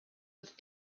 with